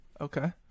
Okay